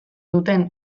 duten